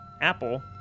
Apple